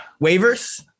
waivers